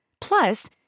Plus